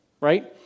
right